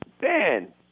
Ben